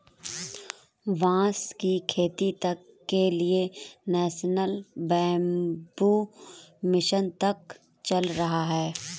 बांस की खेती तक के लिए नेशनल बैम्बू मिशन तक चल रहा है